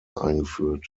eingeführt